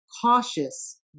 Cautious